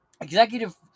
executive